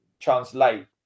translate